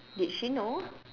did she know